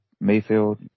Mayfield